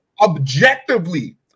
objectively